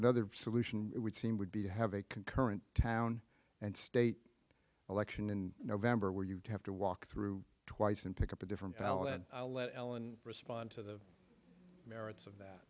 another solution it would seem would be to have a concurrent town and state election in november where you have to walk through twice and pick up a different balance let ellen respond to the merits of that